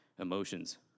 emotions